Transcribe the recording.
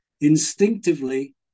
Instinctively